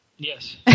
Yes